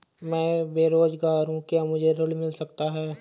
मैं बेरोजगार हूँ क्या मुझे ऋण मिल सकता है?